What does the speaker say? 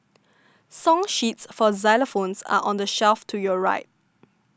song sheets for xylophones are on the shelf to your right